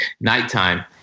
nighttime